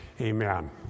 Amen